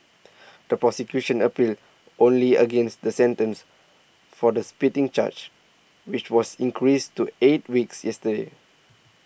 the prosecution appealed only against the sentence for the spitting charge which was increased to eight weeks yesterday